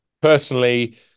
Personally